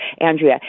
Andrea